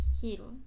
hero